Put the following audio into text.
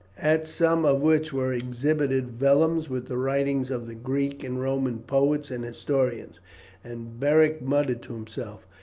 at some of which were exhibited vellums with the writings of the greek and roman poets and historians and beric muttered to himself,